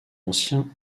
ancien